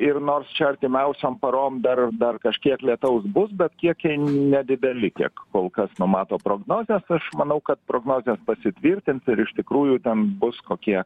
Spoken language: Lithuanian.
ir nors čia artimiausiom parom dar dar kažkiek lietaus bus bet kiekiai nedideli tiek kol kas numato prognozės aš manau kad prognozės pasitvirtins ir iš tikrųjų ten bus kokie